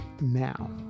now